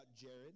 Jared